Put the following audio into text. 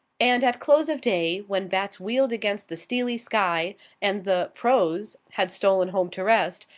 and at close of day, when bats wheeled against the steely sky and the pro's had stolen home to rest,